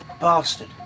bastard